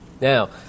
Now